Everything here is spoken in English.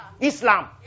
Islam